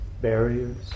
barriers